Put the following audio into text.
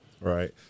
Right